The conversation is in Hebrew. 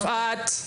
שניה, יפעת.